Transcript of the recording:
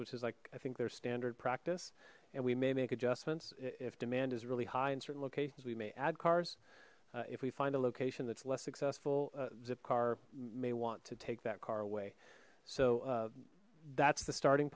which is like i think there's standard practice and we may make adjustments if demand is really high in certain locations we may add cars if we find a location that's less successful zipcar may want to take that car away so that's the starting